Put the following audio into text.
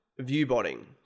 viewbotting